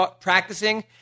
practicing